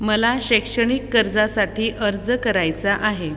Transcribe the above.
मला शैक्षणिक कर्जासाठी अर्ज करायचा आहे